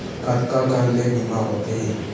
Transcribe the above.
कतका कन ले बीमा होथे?